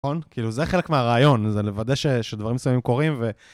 נכון? כאילו זה חלק מהרעיון, זה לוודא שדברים מסוימים קורים ו...